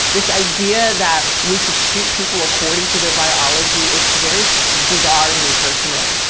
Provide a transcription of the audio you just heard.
this idea that we should treat people according to their biology is very bizarre to me personally.